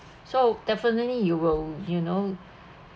so definitely you will you know